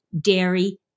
dairy